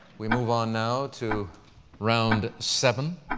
we move on now to round seven.